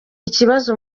ikibazo